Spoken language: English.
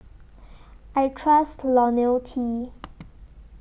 I Trust Lonil T